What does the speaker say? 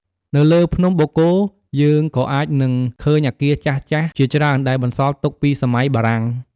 នៅលើភ្នំបូកគោ យើងក៏អាចនឹងឃើញអគារចាស់ៗជាច្រើនដែលបន្សល់ទុកពីសម័យបារាំង។